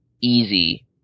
easy